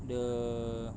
the